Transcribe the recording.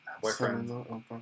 Boyfriend